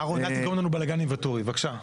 אהרון אל תגרום לנו בלאגן עם ואטורי, בבקשה.